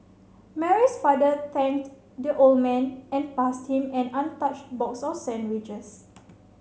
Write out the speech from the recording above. Mary's father thanked the old man and passed him an untouched box of sandwiches